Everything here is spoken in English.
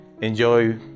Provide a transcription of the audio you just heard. enjoy